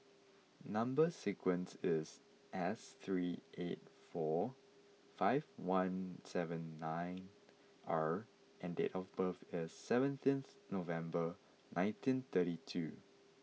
number sequence is S three eight four five one seven nine R and date of birth is seventeenth November nineteen thirty two